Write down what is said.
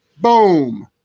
Boom